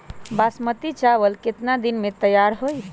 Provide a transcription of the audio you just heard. बासमती चावल केतना दिन में तयार होई?